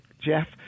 Jeff